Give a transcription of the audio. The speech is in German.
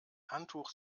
handtuch